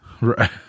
Right